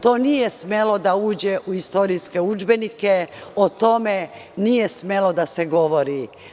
To nije smelo da uđe u istorijske udžbenike, o tome nije smelo da se govori.